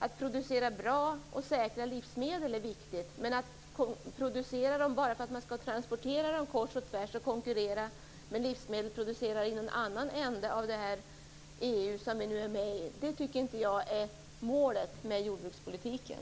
Att producera bra och säkra livsmedel är viktigt, men att producera dem för att sedan transportera dem kors och tvärs och konkurrera med livsmedelproducerare i någon annan ände av det EU som vi nu är med i tycker jag inte är målet med jordbrukspolitiken.